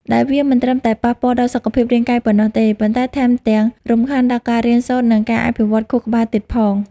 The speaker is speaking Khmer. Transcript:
ដែលវាមិនត្រឹមតែប៉ះពាល់ដល់សុខភាពរាងកាយប៉ុណ្ណោះទេ ប៉ុន្តែថែមទាំងរំខានដល់ការរៀនសូត្រ និងការអភិវឌ្ឍខួរក្បាលទៀតផង។